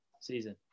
season